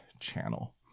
channel